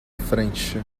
frente